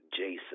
Jason